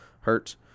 hurt